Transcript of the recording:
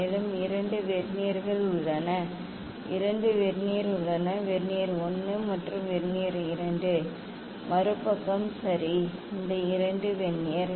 மேலும் இரண்டு வெர்னியர் உள்ளன இரண்டு வெர்னியர் உள்ளன வெர்னியர் 1 மற்றும் வெர்னியர் 2 மறுபக்கம் சரி இந்த 2 வெர்னியர்